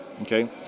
okay